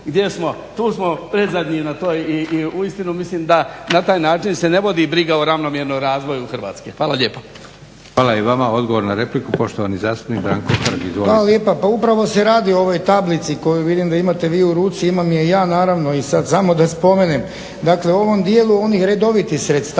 gdje smo, tu smo predzadnji na toj, i uistinu mislim da na taj način se ne vodi briga o ravnomjernom razvoju Hrvatske. Hvala lijepa. **Leko, Josip (SDP)** Hvala i vama. Odgovor na repliku poštovani zastupnik Branko Hrg. Izvolite. **Hrg, Branko (HSS)** Hvala lijepa. Pa upravo se radi o ovoj tablici koju vidim da imate vi u ruci, ima je i ja naravno. I sad samo da spomenem, dakle u ovom dijelu onih redovitih sredstava